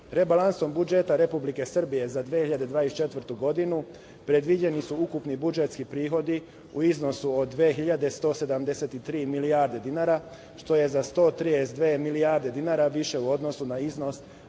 Segedin. Rebalansom budžeta Republike Srbije za 2024. godinu predviđeni su ukupni budžetski prihodi u iznosi 2.173 milijarde dinara, što je za 132 milijarde dinara više u odnosu na iznos